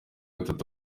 gatatu